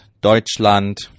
Deutschland